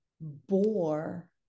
bore